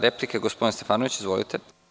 Replika, gospodin Stefanović, izvolite.